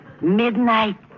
Midnight